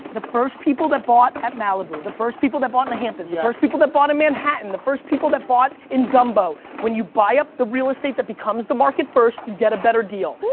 the first people that bought at malibu, the first that bought in the hamptons, the first people that bought in manhattan. the first people that bought in dumbo. when you buy up the real estate that becomes the market first, you get a better deal.